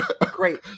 Great